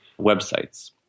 websites